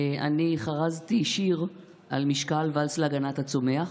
אני חרזתי שיר על משקל "ואלס להגנת הצומח",